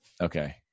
Okay